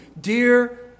dear